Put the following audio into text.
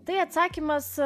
tai atsakymas